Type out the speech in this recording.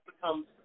becomes